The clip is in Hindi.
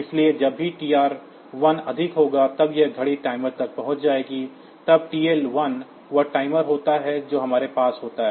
इसलिए जब भी TR1 अधिक होगा तब यह घड़ी टाइमर तक पहुंच जाएगी तब TL1 वह टाइमर होता है जो हमारे पास होता है